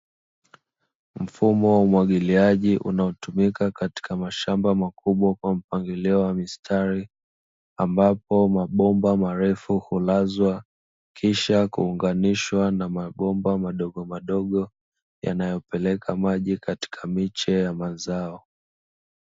Mfumo wa umwagiliaji unaotumika katika mashamba makubwa kwa mpangilio wa mistari, ambapo mabomba marefu hulazwa kisha kuunganishwa na mabomba madogomadogo yanayopeleka maji katika miche ya mazao.